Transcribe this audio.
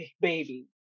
Baby